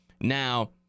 Now